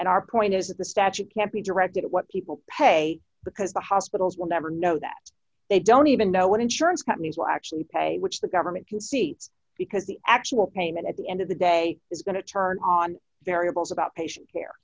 and our point is that the statute can't be directed at what people pay because the hospitals will never know that they don't even know what insurance companies will actually pay which the government can see because the actual payment at the end of the day is going to turn on variables about patient care